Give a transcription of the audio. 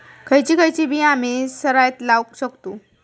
खयची खयची बिया आम्ही सरायत लावक शकतु?